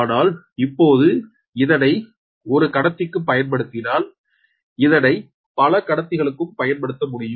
ஆனால் இப்போது இதனை ஒரு கத்திக்கு பயன்படுத்தினால் இதனை பல கடத்திகளுக்கும் பயன்படுத்த முடியும்